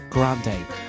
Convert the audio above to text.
Grande